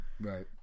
right